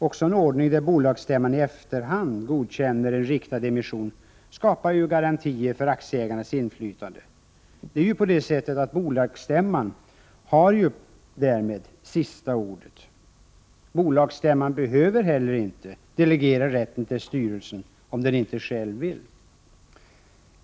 Också en ordning där bolagsstämman i efterhand godkänner en riktad emission skapar ju garantier för aktieägarnas inflytande. Det är ju på det sättet att bolagsstämman därmed har sista ordet. Bolagsstämman behöver heller inte delegera rätten till styrelsen, om den inte själv vill.